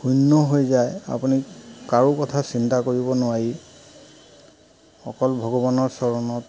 শূন্য হৈ যায় আপুনি কাৰো কথা চিন্তা কৰিব নোৱাৰি অকল ভগৱানৰ চৰণত